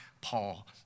Paul